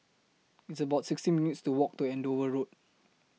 It's about sixteen minutes' to Walk to Andover Road